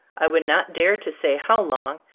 i would not dare to say how long,